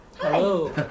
Hello